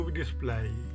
display